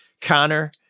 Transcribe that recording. Connor